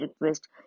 request